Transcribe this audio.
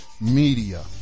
media